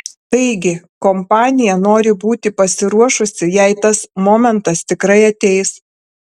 taigi kompanija nori būti pasiruošusi jei tas momentas tikrai ateis